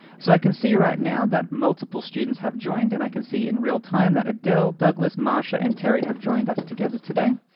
so i can see right now that multiple students have joined and i can see in real-time that adele, douglas, marsha, and terrie have joined us together today.